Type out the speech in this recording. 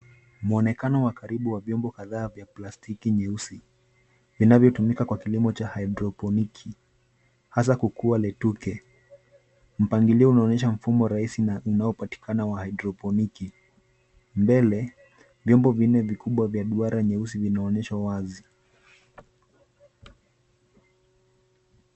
Mwonekano wa karibu wa viombo kadhaa vya plastiki nyeusi, vinavyotumika kwa kilimo cha hydroponiki, hasa kukua letuke. Mpangilio unaonyesha mfumo rahisi na unaopatikana wa haidroponiki. Mbele, viombo vinne vikubwa vya duara nyeusi vinaonyeshwa wazi.